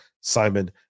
Simon